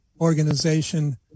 organization